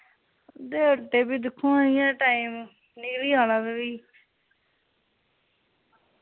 दे दे फ्ही दिक्खो हां इ'यां टाइम निकली जाना ते फ्ही